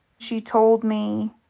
she told me,